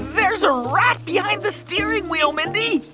there's a rat behind the steering wheel, mindy